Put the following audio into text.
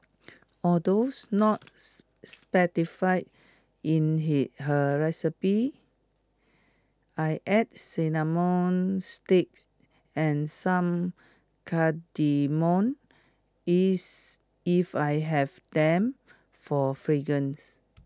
although not specified in he her recipe I add cinnamon stick and some cardamom is if I have them for fragrance